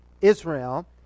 Israel